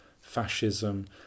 fascism